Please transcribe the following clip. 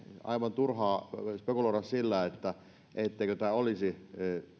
aivan turhaa spekuloida sillä etteikö tämä olisi